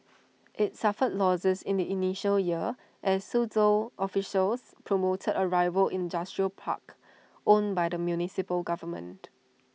IT suffered losses in the initial years as Suzhou officials promoted A rival industrial park owned by the municipal government